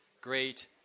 great